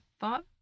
thought